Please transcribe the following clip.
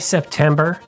September